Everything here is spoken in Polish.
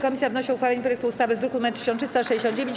Komisja wnosi o uchwalenie projektu ustawy z druku nr 1369.